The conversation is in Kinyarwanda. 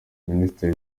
minisitiri